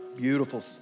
beautiful